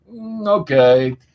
okay